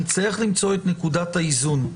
נצטרך למצוא את נקודת האיזון.